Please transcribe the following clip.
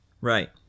Right